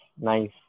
nice